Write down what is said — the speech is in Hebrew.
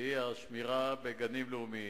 והוא השמירה בגנים לאומיים.